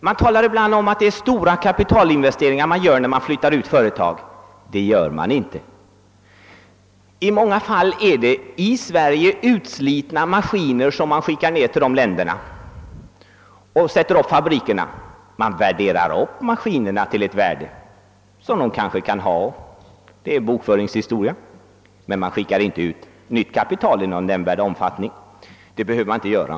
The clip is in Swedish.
Man talar ibland om att företagare gör stora kapitalinvesteringar när de flyttar ut företag. Det gör de inte. I många fall är det i Sverige utslitna maskiner som skickas ut till de länder där man sätter upp fabrikerna. Man värderar upp maskinerna till ett värde som de kanske kan ha — det är en bokföringshistoria. Men man skickar inte ut nytt kapital i någon nämnvärd omfattning. Det behöver man inte göra.